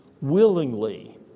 willingly